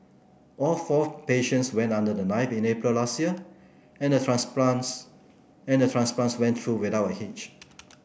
all four patients went under the knife in April last year and transplants and transplants went through without a hitch